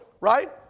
right